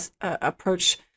approach